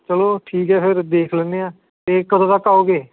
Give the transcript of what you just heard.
ਚੱਲੋ ਠੀਕ ਹੈ ਫਿਰ ਦੇਖ ਲੈਂਦੇ ਹਾਂ ਅਤੇ ਕਦੋਂ ਤੱਕ ਆਓਗੇ